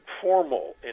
formal